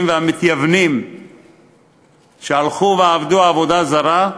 ועל המתייוונים שהלכו ועבדו עבודה זרה,